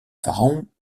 pharaons